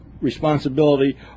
responsibility